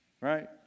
right